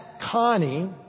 Connie